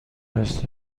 است